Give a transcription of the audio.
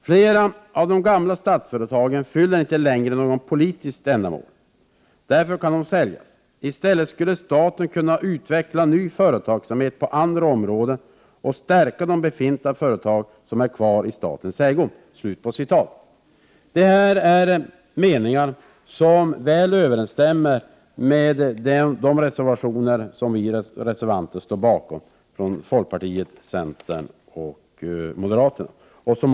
”Flera av de gamla statsföretagen fyller inte längre något politiskt ändamål. Därför kan de säljas. I stället skulle staten kunna utveckla ny företagsamhet på andra områden och stärka de befintliga företag som är kvar i statens ägo.” Dessa meningar överensstämmer väl med reservationerna från folkpartiet, centerpartiet och moderaterna.